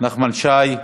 נחמן שי,